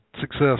success